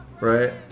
right